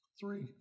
three